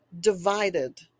divided